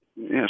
Yes